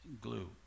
glue